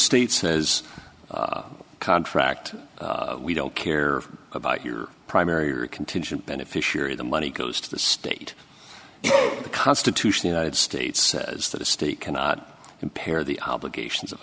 state says contract we don't care about your primary or contingent beneficiary the money goes to the state and the constitution united states says that a state cannot compare the obligations of